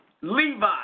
Levi